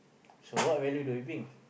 so what value do you bring